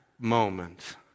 moment